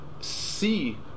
see